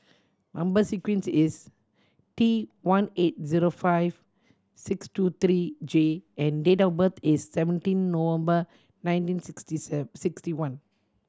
number sequence is T one eight zero five six two three J and date of birth is seventeen November nineteen sixty sixty one